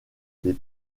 des